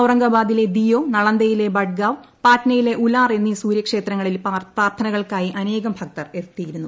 ഔറംഗബാദിലെ ദിയോ നളന്ദയിലെ ബഡ്ഗാവ് പാറ്റ്നയിലെ ഉലാർ എന്നീ സുര്യക്ഷേത്രങ്ങളിൽ പ്രാർത്ഥനകൾക്കായി അനേകം ഭക്തർ എത്തിയിരുന്നു